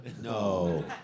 No